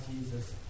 Jesus